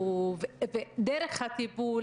ודרך הטיפול,